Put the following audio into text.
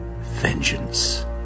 Vengeance